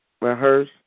rehearse